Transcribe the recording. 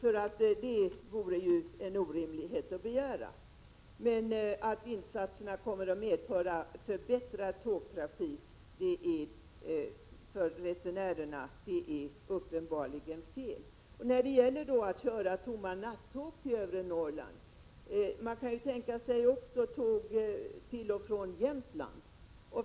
Det vore en orimlighet att begära detta. Men att insatserna kommer att medföra förbättrad tågtrafik för resenärerna är uppenbarligen fel. 95 När det gäller att köra tomma nattåg till övre Norrland kan man också tänka sig tåg till och från Jämtland.